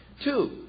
Two